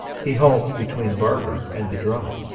he halts between barbara and the drum.